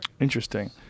Interesting